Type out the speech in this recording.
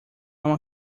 uma